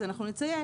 אנחנו נציין